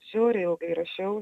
žiauriai ilgai rašiau